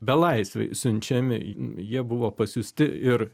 belaisviai siunčiami jie buvo pasiųsti ir